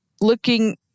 looking